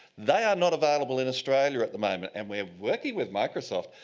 they are not available in australia at the moment and we are working with microsoft,